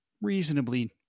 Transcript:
reasonably